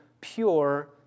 pure